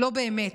לא באמת.